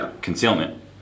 concealment